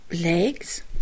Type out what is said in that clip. legs